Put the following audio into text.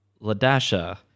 Ladasha